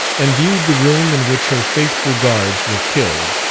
and viewed the room in which her faithful guards were killed,